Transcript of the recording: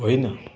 होइन